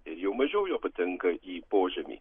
ir jau mažiau jo patenka į požemį